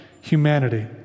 humanity